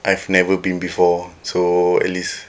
I have never been before so at least